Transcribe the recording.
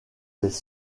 des